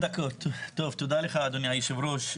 תודה לך, אדוני היושב-ראש.